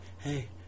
Hey